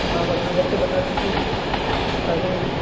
آپ اپنا وقت بتا دیجیے آ جائیں گے